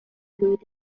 through